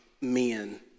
men